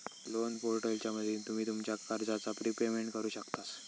loan पोर्टलच्या मदतीन तुम्ही तुमच्या कर्जाचा प्रिपेमेंट करु शकतास